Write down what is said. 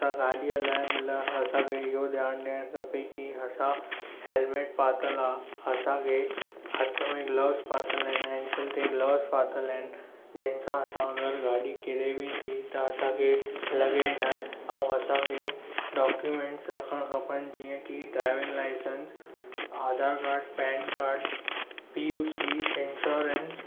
असां गाॾी हलाइण महिल असां खे इहो ध्यानु ॾियणु खपे कि असां हेलमेट पातल आहे असां खे हथ में ग्लवज़ पातल आहिनि ऐंक्ल ते ग्लवज़ पातल आहिनि जंहिं सां अॻर हू गाॾी किरे बि थी त असां खे लॻे न ऐं असां खे डाक्यूमेन्टस रखणु खपनि जीअं कि driving licence Aadhaar card PAN card P U C insurance